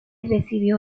recibió